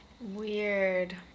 weird